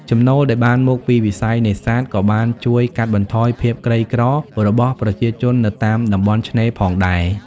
ចំណូលដែលបានមកពីវិស័យនេសាទក៏បានជួយកាត់បន្ថយភាពក្រីក្ររបស់ប្រជាជននៅតាមតំបន់ឆ្នេរផងដែរ។